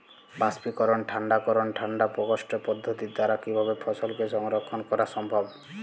বাষ্পীকরন ঠান্ডা করণ ঠান্ডা প্রকোষ্ঠ পদ্ধতির দ্বারা কিভাবে ফসলকে সংরক্ষণ করা সম্ভব?